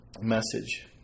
message